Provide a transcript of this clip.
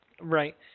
Right